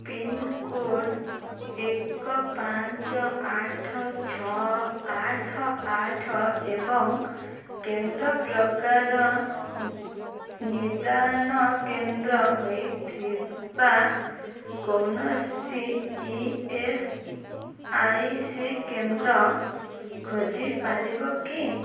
pincode ଏକ ପାଞ୍ଚ ଆଠ ଛଅ ଆଠ ଆଠ ଏବଂ କେନ୍ଦ୍ର ପ୍ରକାର ନିଦାନ କେନ୍ଦ୍ର ହୋଇଥିବା କୌଣସି ଇ ଏସ୍ ଆଇ ସି କେନ୍ଦ୍ର ଖୋଜିପାରିବ କି